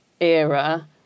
era